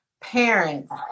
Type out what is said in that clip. parents